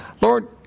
Lord